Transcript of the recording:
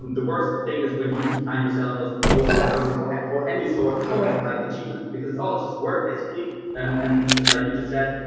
the worst thing is when you define yourself over at numbers or or any sort of like achievement, because it's all just work basically. and and like you just said,